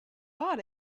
are